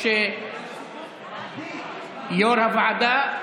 יו"ר הוועדה.